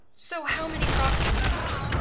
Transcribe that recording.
so, how many frogs are we talking?